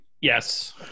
yes